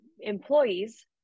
employees